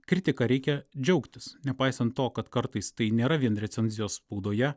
kritika reikia džiaugtis nepaisant to kad kartais tai nėra vien recenzijos spaudoje